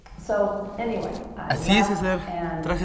so anyway, i left, and